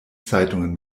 zeitungen